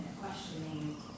questioning